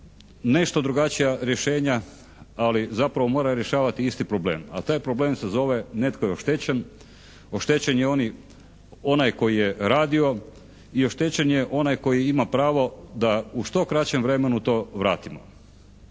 nešto drugačija rješenja ali zapravo mora rješavati isti problem, a taj problem se zove netko je oštećen, oštećen je onaj koji je radio i oštećen je onaj koji ima pravo da u što kraćem vremenu to vratimo.